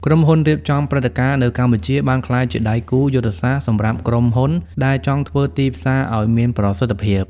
ក្រុមហ៊ុនរៀបចំព្រឹត្តិការណ៍ នៅកម្ពុជាបានក្លាយជាដៃគូយុទ្ធសាស្ត្រសម្រាប់ក្រុមហ៊ុនដែលចង់ធ្វើទីផ្សារឱ្យមានប្រសិទ្ធភាព។